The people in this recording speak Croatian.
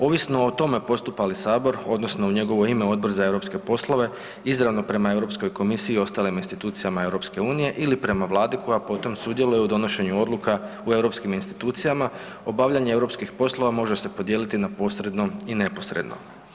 Ovisno o tome postupa li Sabor, odnosno u njegov ime Odbor za europske poslove izravno prema Europskoj komisiji i ostalim institucijama EU-a ili prema Vladi koja potom sudjeluje u donošenju odluka u europskim institucijama, obavljanje europskih poslova može se podijeliti na posredno i neposredno.